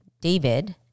David